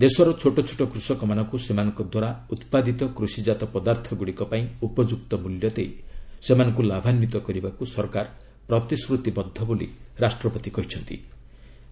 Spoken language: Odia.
ଦେଶର ଛୋଟଛୋଟ କୃଷକମାନଙ୍କୁ ସେମାନଙ୍କ ଦ୍ୱାରା ଉତ୍ପାଦିତ କୃଷିକାତ ପଦାର୍ଥଗୁଡ଼ିକ ପାଇଁ ଉପଯୁକ୍ତ ମୂଲ୍ୟ ଦେଇ ସେମାନଙ୍କୁ ଲାଭାନ୍ୱିତ କରିବାକୁ ସରକାର ପ୍ରତିଶ୍ରତିବଦ୍ଧ ବୋଲି ରାଷ୍ଟ୍ରପତି କହିଚ୍ଚନ୍ତି